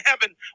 heaven